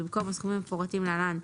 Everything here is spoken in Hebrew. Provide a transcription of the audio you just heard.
במקום "הסכומים המפורטים להלן,